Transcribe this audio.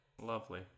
Lovely